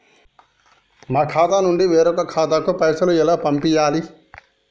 మా ఖాతా నుండి వేరొక ఖాతాకు పైసలు ఎలా పంపియ్యాలి?